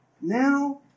Now